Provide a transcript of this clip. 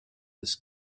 this